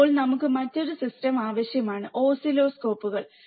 ഇപ്പോൾ നമുക്ക് മറ്റൊരു സിസ്റ്റം ആവശ്യമാണ് ഓസിലോസ്കോപ്പുകൾ